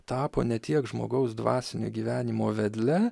tapo ne tiek žmogaus dvasinio gyvenimo vedle